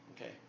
Okay